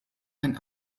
ein